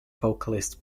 vocalist